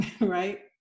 right